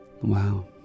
Wow